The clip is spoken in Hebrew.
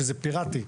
שזה פיראטי,